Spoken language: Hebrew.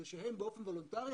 זה שהם באופן וולונטרי,